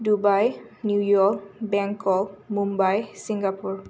Dubai New York Bangkok Mumbai Singapore